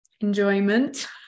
enjoyment